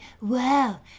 wow